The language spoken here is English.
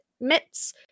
mitts